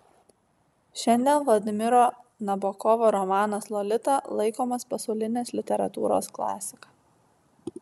šiandien vladimiro nabokovo romanas lolita laikomas pasaulinės literatūros klasika